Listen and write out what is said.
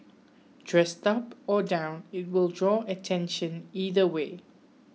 dressed up or down it will draw attention either way